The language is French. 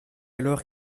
alors